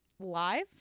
Live